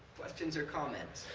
questions or comments?